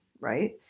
Right